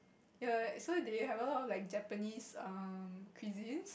err so they have a lot of like Japanese um cuisines